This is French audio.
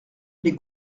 les